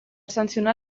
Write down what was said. sancionar